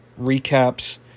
recaps